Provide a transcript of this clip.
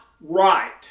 right